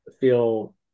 feel